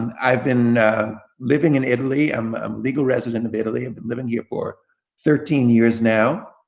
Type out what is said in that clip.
um i've been living in italy, i'm a legal resident of italy, and been living here for thirteen years now.